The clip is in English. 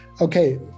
okay